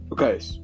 Okay